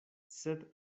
sed